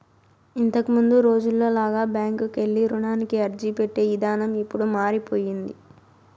ఇంతకముందు రోజుల్లో లాగా బ్యాంకుకెళ్ళి రుణానికి అర్జీపెట్టే ఇదానం ఇప్పుడు మారిపొయ్యింది